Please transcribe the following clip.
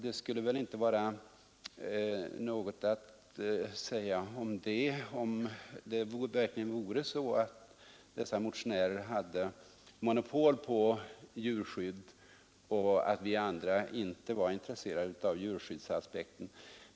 Det skulle väl inte vara något att säga om detta, om det verkligen vore så att dessa motionärer hade monopol på djurskydd och vi andra inte vore intresserade av djurskyddsaspekten.